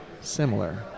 similar